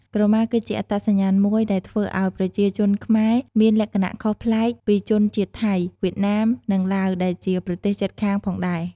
ក្រមាគឺជាអត្តសញ្ញាណមួយដែលធ្វើឱ្យប្រជាជនខ្មែរមានលក្ខណៈខុសប្លែកពីជនជាតិថៃ វៀតណាម និងឡាវដែលជាប្រទេសជិតខាងផងដែរ។